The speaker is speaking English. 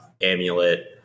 Amulet